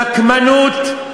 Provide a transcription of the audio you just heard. נקמנות,